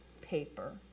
paper